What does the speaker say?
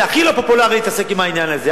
זה הכי לא פופולרי להתעסק בעניין הזה.